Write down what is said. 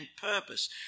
purpose